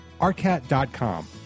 arcat.com